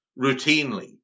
routinely